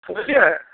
बुझलिए